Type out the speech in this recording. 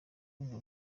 urwo